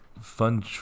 fun